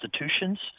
institutions